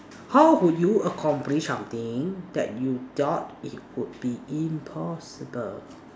how would you accomplish something that you doubt it would be impossible